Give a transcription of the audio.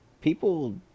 people